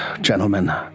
gentlemen